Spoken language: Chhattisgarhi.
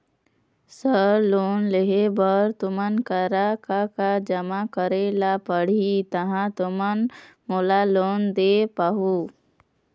सर लोन लेहे बर तुमन करा का का जमा करें ला पड़ही तहाँ तुमन मोला लोन दे पाहुं?